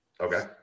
Okay